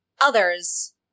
others